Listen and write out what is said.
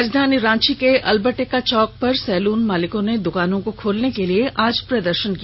राजधानी रांची के अल्बर्ट एक्का चौक पर सैलुन मालिकों ने आज दुकानों को खोलने के लिए प्रदर्शन किया